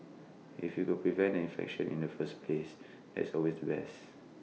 if we could prevent the infection in the first place that's always the best